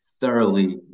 thoroughly